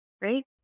right